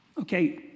Okay